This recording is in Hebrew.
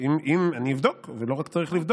אני אבדוק, ולא רק צריך לבדוק.